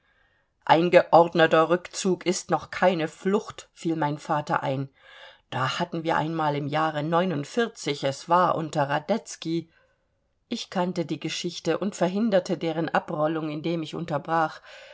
ein geordneter rückzug ist noch keine flucht fiel mein vater ein da hatten wir einmal im jahre es war unter radetzky ich kannte die geschichte und verhinderte deren abrollung indem ich unterbrach